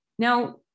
Now